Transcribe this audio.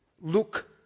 look